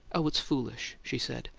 oh, it's foolish, she said,